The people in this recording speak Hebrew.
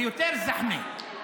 יותר זחמה.